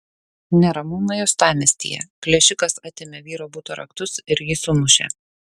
neramumai uostamiestyje plėšikas atėmė vyro buto raktus ir jį sumušė